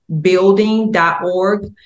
building.org